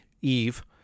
Eve